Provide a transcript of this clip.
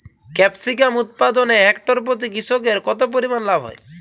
Capsicum উৎপাদনে hectare প্রতি কৃষকের কত পরিমান লাভ হয়?